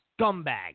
scumbag